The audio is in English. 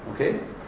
Okay